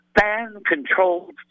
Fan-controlled